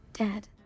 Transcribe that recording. Dad